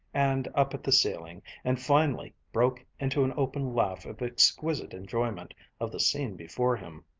and up at the ceiling, and finally broke into an open laugh of exquisite enjoyment of the scene before him.